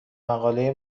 مقاله